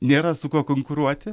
nėra su kuo konkuruoti